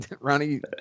Ronnie